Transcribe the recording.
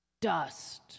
Dust